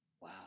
Wow